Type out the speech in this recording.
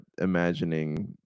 imagining